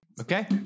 Okay